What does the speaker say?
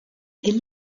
est